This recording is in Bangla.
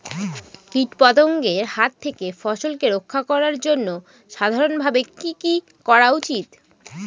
কীটপতঙ্গের হাত থেকে ফসলকে রক্ষা করার জন্য সাধারণভাবে কি কি করা উচিৎ?